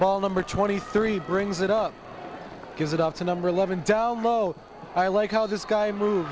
ball number twenty three brings it up gives it up to number eleven joe mo i like how this guy move